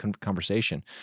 conversation